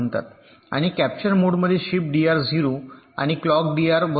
आणि कॅप्चर मोडमध्ये shift DR 0 आणि क्लोक डीआर बरोबर